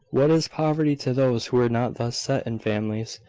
what is poverty to those who are not thus set in families?